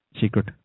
Secret